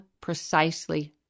precisely